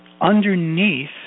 Underneath